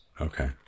Okay